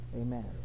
Amen